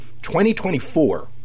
2024